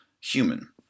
human